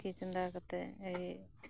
ᱛᱤᱠᱤ ᱪᱚᱸᱫᱟ ᱠᱟᱛᱮᱫ